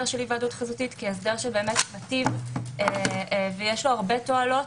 של היוועדות חזותית כהסדר שמיטיב ויש לו הרבה תועלות,